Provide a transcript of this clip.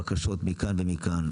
בקשות מכאן ומכאן.